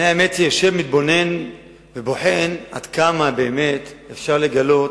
אני יושב, מתבונן ובוחן עד כמה באמת אפשר לגלות,